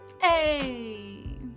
Hey